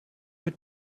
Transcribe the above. mit